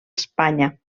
espanya